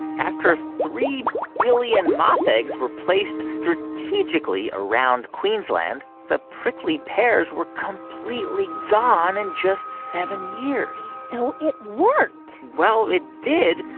after three billion moth eggs were placed strategically around queensland, the prickly pears were completely gone in just seven years so it worked well, it did.